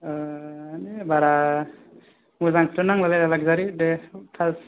आह न बारा मोजां थ नांला लक्सारि बे फार्स्ट